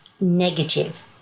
negative